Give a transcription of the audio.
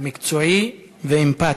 אתה מקצועי ואמפתי.